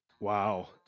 Wow